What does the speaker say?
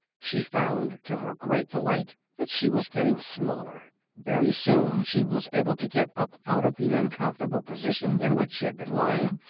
she found to her great delight that she was getting smaller very soon she was able to get up out of the uncomfortable position in which she had been lying,